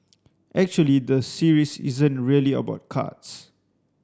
actually the series isn't really about cards